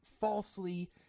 falsely